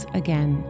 again